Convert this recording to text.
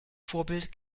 vorbild